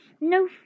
No